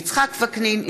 יצחק וקנין,